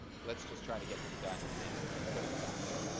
let's just try to get them done and and put in faster.